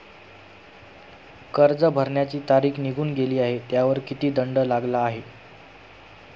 कर्ज भरण्याची तारीख निघून गेली आहे त्यावर किती दंड लागला आहे?